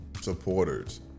supporters